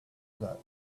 that